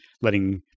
letting